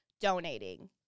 donating